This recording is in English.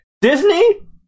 Disney